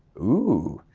ooh,